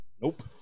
nope